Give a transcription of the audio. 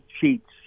sheets